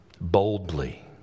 boldly